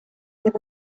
live